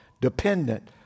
dependent